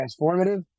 transformative